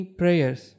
prayers